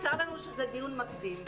נמסר לנו שזה דיון מקדים.